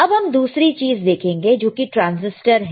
अब हम दूसरी चीज देखेंगे जो कि ट्रांसिस्टर है